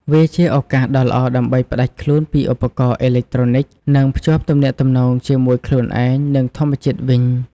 វាជាឱកាសដ៏ល្អដើម្បីផ្តាច់ខ្លួនពីឧបករណ៍អេឡិចត្រូនិក និងភ្ជាប់ទំនាក់ទំនងជាមួយខ្លួនឯង និងធម្មជាតិវិញ។